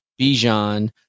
Bijan